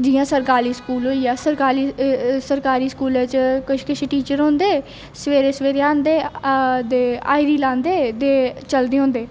जियां सरकारी स्कूल होई गेआ सरकारी सरकारी स्कूलें च किश किश टीचर होंदे सवेरे सवेरे आंदे ते हाज़री लांदे ते चलदे होंदे